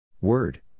Word